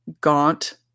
gaunt